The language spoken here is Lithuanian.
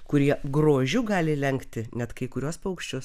kurie grožiu gali lenkti net kai kuriuos paukščius